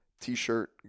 t-shirt